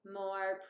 more